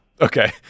Okay